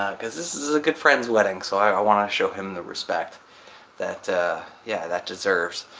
because this is a good friend's wedding, so i want to show him the respect that yeah that deserves.